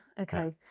okay